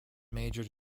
majored